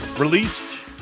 Released